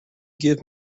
give